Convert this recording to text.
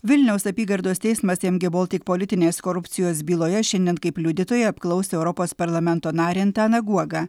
vilniaus apygardos teismas mg baltic politinės korupcijos byloje šiandien kaip liudytoją apklaus europos parlamento narį antaną guogą